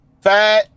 Fat